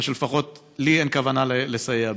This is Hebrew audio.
לפחות לי אין כוונה לסייע בזה.